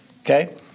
Okay